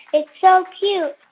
it's so cute